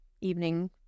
evening